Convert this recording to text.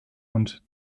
und